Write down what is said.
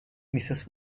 mrs